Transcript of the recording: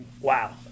wow